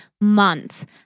months